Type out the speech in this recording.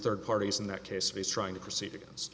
third parties in that case he's trying to proceed against